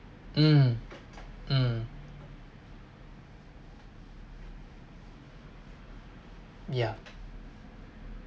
mm mm yeah